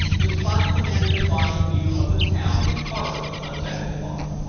the spot commanded a fine view of the town and harbour of zanzibar.